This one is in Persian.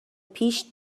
پیش